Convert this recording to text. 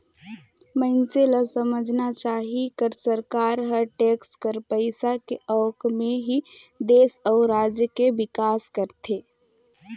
मइनसे ल समझना चाही कर सरकार हर टेक्स कर पइसा के आवक म ही देस अउ राज के बिकास करथे